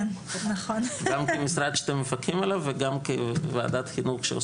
גם כמשרד שאתם מפקחים עליו, וגם כוועדת חינוך.